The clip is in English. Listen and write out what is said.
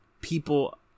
people